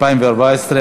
התשע"ד 2014,